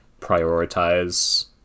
prioritize